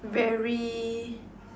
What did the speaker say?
very